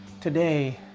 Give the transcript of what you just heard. today